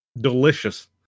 delicious